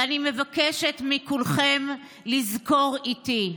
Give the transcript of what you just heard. ואני מבקשת מכולכם לזכור איתי.